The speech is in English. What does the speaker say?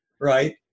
right